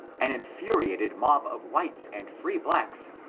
an infuriated mob of whites and free blacks,